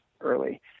early